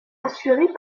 assurée